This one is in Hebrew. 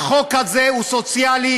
החוק הזה הוא סוציאלי,